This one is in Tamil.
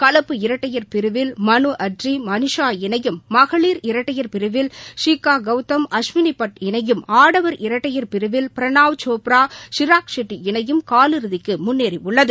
கலப்பு இரட்டையர் பிரிவில் மனுஅட்றி மனிஷா இணையும் மகளிர் இரட்டையர் பிரிவில் ஷீக்கா கௌதம் அஸ்வினிடட் இணையும் ஆடவர் இரட்டையர் பிரிவல் பிரணாவ் சோப்ரா ஷீரா ஷெட்டி இணையும் கால் இறுதிக்கு முன்னேறியுள்ளது